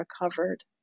recovered